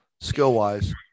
skill-wise